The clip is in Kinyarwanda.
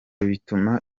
bituma